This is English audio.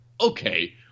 Okay